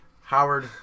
Howard